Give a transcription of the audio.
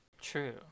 true